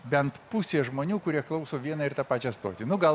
bent pusė žmonių kurie klauso vieną ir tą pačią stotį nu gal